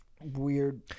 weird